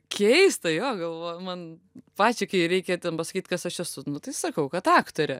keista jo galvoju man pačiai kai reikia ten pasakyt kas aš esu nu tai sakau kad aktorė